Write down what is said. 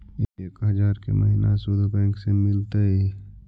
एक हजार के महिना शुद्ध बैंक से मिल तय?